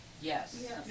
Yes